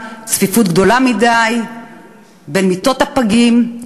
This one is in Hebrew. צפיפות גדולה מדי של מיטות הפגים,